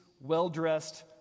well-dressed